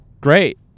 Great